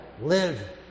live